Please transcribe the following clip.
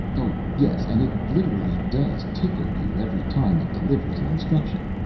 oh, yes, and it literally does tickle you every time it delivers an instruction.